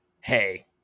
Hey